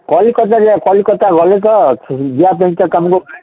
କଲିକତା ଯିବା କଲିକତା ଗଲେ ତ ଯିବା ପାଇଁତ ତୁମକୁ